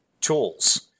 tools